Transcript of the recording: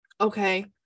okay